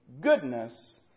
goodness